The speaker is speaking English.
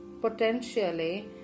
potentially